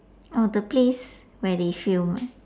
oh the place where they film ah